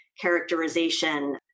characterization